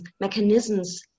mechanisms